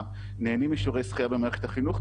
שנהנים משיעורי שחייה במערכת החינוך,